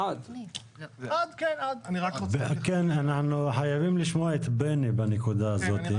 זה עד 200. אנחנו חייבים לשמוע את בני בנקודה הזאת.